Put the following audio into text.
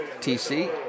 TC